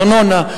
הארנונה,